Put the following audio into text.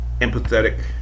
empathetic